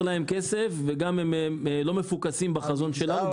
להם כסף וגם הם לא מפוקסים בחזון שלהם.